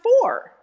four